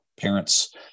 parents